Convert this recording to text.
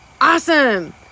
Awesome